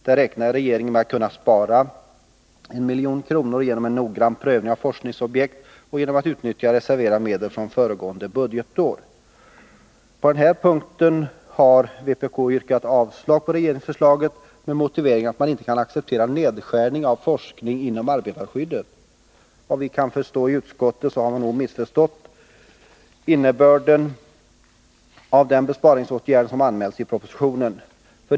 Där räknar regeringen med att kunna 81 spara 1 milj.kr. genom en noggrann prövning av forskningsobjekt och genom att utnyttja reserverade medel från föregående budgetår. På denna punkt har vpk yrkat avslag på regeringsförslaget, med motiveringen att man inte kan acceptera en nedskärning av forskningen inom arbetarskyddet. Vad vi i utskottet kan förstå har man missförstått innebörden av den besparingsåtgärd som anmäls i propositionen.